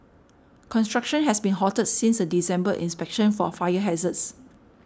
construction has been halted since a December inspection for a fire hazards